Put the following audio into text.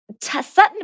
Sutton